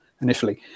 initially